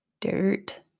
dirt